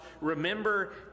remember